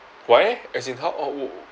why eh as in ho~ how old